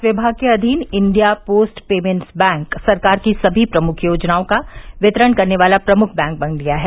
डाक विभाग के अधीन इण्डिया पोस्ट पेमेण्ट्स बैंक सरकार की सभी प्रमुख योजनाओं का वितरण करने वाला प्रमुख बैंक बन गया है